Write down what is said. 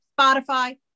Spotify